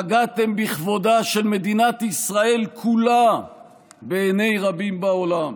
פגעתם בכבודה של מדינת ישראל כולה בעיני רבים בעולם.